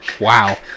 Wow